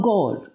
God